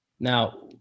Now